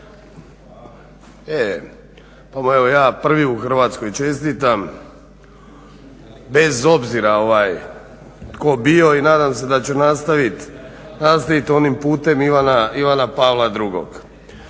evo ja prvi u Hrvatskoj čestitam bez obzira tko bio i nadam se da će nastavit onim putem Ivana Pavla II